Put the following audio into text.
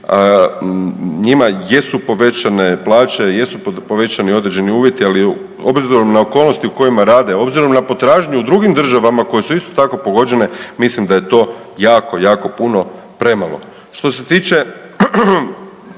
njima jesu povećane plaće, jesu povećani određeni uvjeti ali obzirom na okolnosti u kojima rade, obzirom na potražnju u drugim državama koje su isto tako pogođene mislim da je to jako, jako puno premalo. Što se tiče